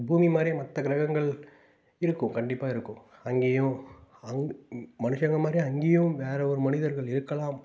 பூமி மாதிரி மற்ற கிரகங்கள் இருக்கும் கண்டிப்பாக இருக்கும் அங்கேயும் அங்கே மனுஷங்கள் மாதிரியும் அங்கேயும் வேறு ஒரு மனிதர்கள் இருக்கலாம்